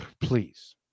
Please